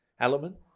element